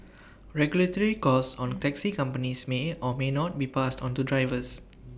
regulatory costs on taxi companies may at or may not be passed onto drivers